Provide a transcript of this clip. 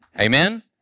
Amen